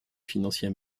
financier